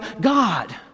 God